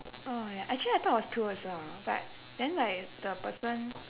oh ya actually I thought it was two also but then like the person